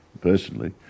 personally